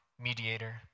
mediator